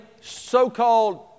so-called